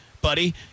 buddy